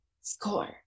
score